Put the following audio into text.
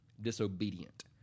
disobedient